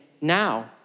now